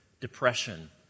depression